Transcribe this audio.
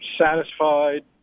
satisfied